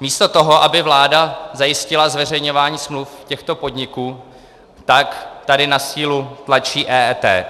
místo toho, aby vláda zajistila zveřejňování smluv těchto podniků, tak tady na sílu tlačí EET.